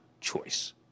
choice